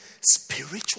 spiritual